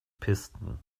piston